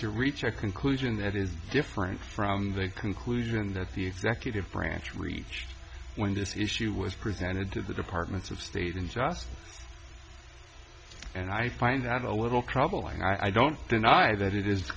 to reach a conclusion that is different from the conclusion that the executive branch reached when this issue was presented to the department of state in just and i find that a little problem i don't deny that it is